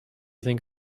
think